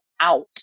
out